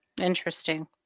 Interesting